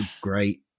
Great